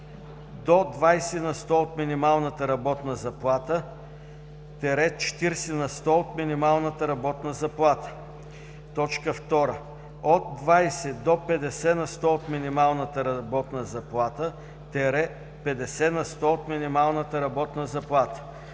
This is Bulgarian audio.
– 40 на сто от минималната работна заплата; 2. от 20 до 50 на сто от минималната работна заплата – 50 на сто от минималната работна заплата;